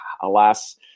Alas